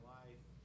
life